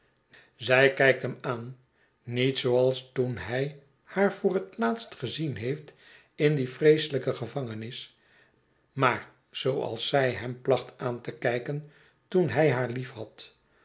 zij k'ykt hem aan niet zooals toen hij haar voor het laatst gezien heeft in die vreeselijke gevangenis maar zooals zij hem placht aan te kijken toen hij haar lief